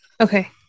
Okay